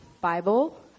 Bible